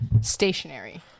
stationary